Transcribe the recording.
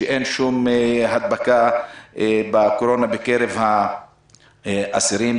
שאין שום הדבקה בקרב האסורים,